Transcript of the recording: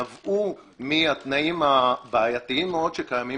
נבעו מהתנאים הבעייתיים מאוד שקיימים